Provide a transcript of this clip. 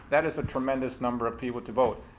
that is a tremendous number of people to vote.